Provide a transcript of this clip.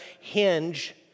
hinge